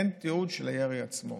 אין תיעוד של הירי עצמו.